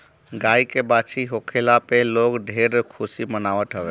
गाई के बाछी होखला पे लोग ढेर खुशी मनावत हवे